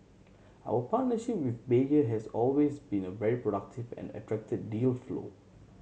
our partnership with Bayer has always been a very productive and attracted deal flow